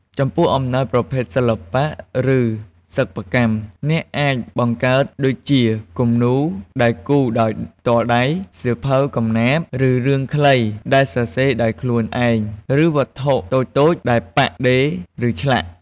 ចំពោះអំណោយប្រភេទសិល្បៈ ឬសិប្បកម្ម អ្នកអាចបង្កើតដូចជា គំនូរដែលគូរដោយផ្ទាល់ដៃ សៀវភៅកំណាព្យ ឬរឿងខ្លីដែលសរសេរដោយខ្លួនឯង ឬវត្ថុតូចៗដែលប៉ាក់ ដេរ ឬឆ្លាក់។